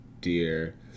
dear